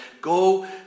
Go